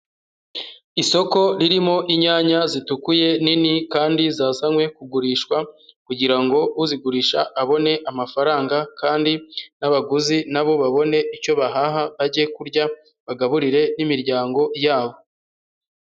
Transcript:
Isoko ririmo inyanya zitukuye nini kandi zazanywe kugurishwa, kugira ngo uzigurisha abone amafaranga kandi n'abaguzi na bo babone icyo bahaha bajye kurya bagaburire n'imiryango yabo.